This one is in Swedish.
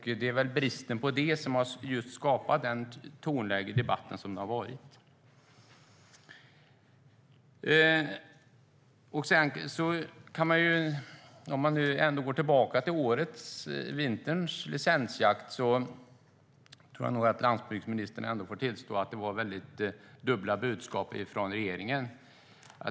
Det är väl bristen på det som har skapat tonläget i debatten som har varit. För att se tillbaka på vinterns licensjakt tror jag att landsbygdsministern får tillstå att det kom dubbla budskap från regeringen.